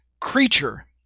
creature